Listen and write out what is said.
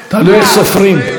תלוי איך סופרים.